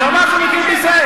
הוא אמר שהוא מכיר בישראל?